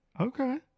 Okay